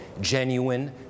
genuine